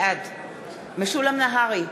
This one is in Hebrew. בעד משולם נהרי,